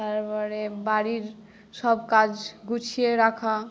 তারপরে বাড়ির সব কাজ গুছিয়ে রাখা